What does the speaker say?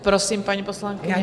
Prosím, paní poslankyně.